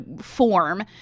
form